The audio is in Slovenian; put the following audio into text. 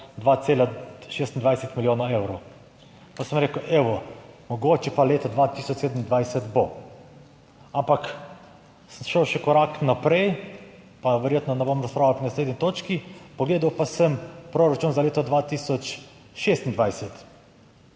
2,26 milijonov evrov. Pa sem rekel, evo, mogoče pa leta 2027 bo, ampak sem šel še korak naprej, pa verjetno ne bom razpravljal pri naslednji točki, pogledal pa sem proračun za leto 2026.